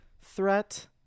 threat